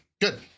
Good